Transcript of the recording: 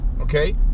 okay